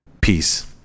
Peace